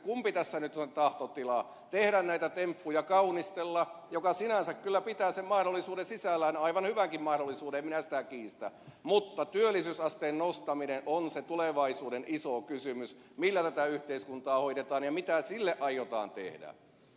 kumpi tässä nyt on tahtotila tehdä näitä temppuja kaunistella mikä sinänsä kyllä pitää sen mahdollisuuden sisällään aivan hyvänkin mahdollisuuden en minä sitä kiistä mutta työllisyysasteen nostaminen on se tulevaisuuden iso kysymys millä tätä yhteiskuntaa hoidetaan ja mitä sille aiotaan tehdä